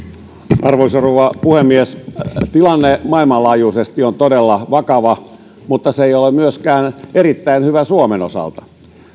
arvoisa rouva puhemies tilanne maailmanlaajuisesti on todella vakava mutta se ei ole myöskään erittäin hyvä suomen osalta